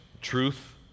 truth